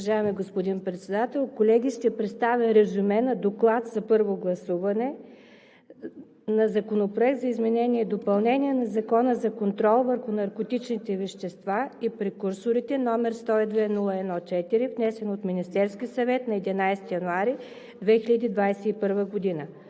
Уважаеми господин Председател, колеги! Ще представя резюме на: „ДОКЛАД за първо гласуване относно Законопроект за изменение и допълнение на Закона за контрол върху наркотичните вещества и прекурсорите, № 102-01-4, внесен от Министерския съвет на 11 януари 2021 г.